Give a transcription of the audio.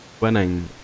winning